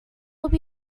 would